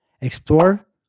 explore